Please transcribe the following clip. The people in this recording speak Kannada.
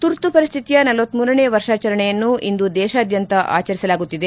ತುರ್ತು ಪರಿಸ್ಹಿತಿಯ ನಲವತ್ಸೂರನೆ ವರ್ಷಾಚರಣೆಯನ್ನು ಇಂದು ದೇಶಾದ್ಯಂತ ಆಚರಿಸಲಾಗುತ್ತಿದೆ